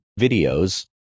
videos